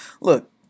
Look